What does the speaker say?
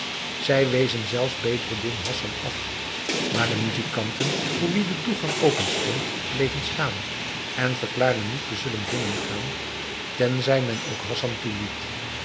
zij wezen zelfs bedreddin hassan af maar de muzijkanten voor wie de toegang openstond bleven staan en verklaarden niet te zullen binnen gaan tenzij men ook hassan toeliet